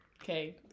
Okay